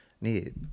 need